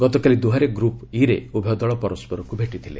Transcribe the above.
ଗତକାଲି ଦୋହାରେ ଗ୍ରୁପ୍ ଇ'ରେ ଉଭୟ ଦଳ ପରସ୍କରକୁ ଭେଟିଥିଲେ